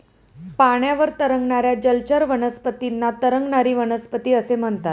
पाण्यावर तरंगणाऱ्या जलचर वनस्पतींना तरंगणारी वनस्पती असे म्हणतात